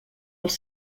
als